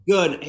Good